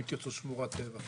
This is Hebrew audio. אם תרצו, שמורת טבע,